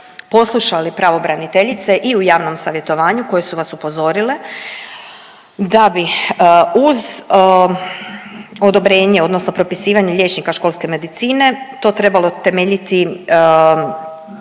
poslušali pravobraniteljice i u javnom savjetovanju koje su vas upozorile da bi uz odobrenje, odnosno propisivanje liječnika školske medicine to trebalo temeljiti